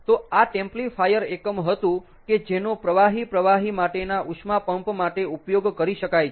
તો આ ટેમ્પ્લીફાયર એકમ હતું કે જેનો પ્રવાહી પ્રવાહી માટેના ઉષ્મા પંપ માટે ઉપયોગ કરી શકાય છે